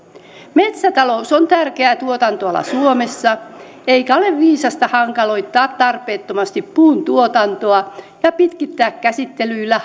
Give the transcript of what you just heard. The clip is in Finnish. metsätalous on tärkeä tuotantoala suomessa eikä ole viisasta hankaloittaa tarpeettomasti puuntuotantoa ja pitkittää käsittelyillä